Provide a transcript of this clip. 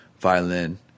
violin